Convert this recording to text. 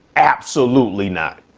absolutely not,